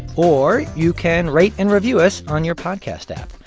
or you can rate and review us on your podcast app.